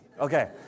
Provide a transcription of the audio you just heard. okay